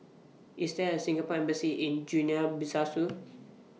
IS There A Singapore Embassy in Guinea